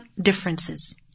differences